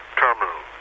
terminal